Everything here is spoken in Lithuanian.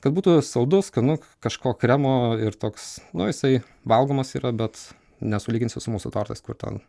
kad būtų saldu skanu kažko kremo ir toks nu jisai valgomas yra bet nesulyginsi su mūsų tortais kur ten